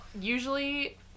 usually